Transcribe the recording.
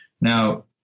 Now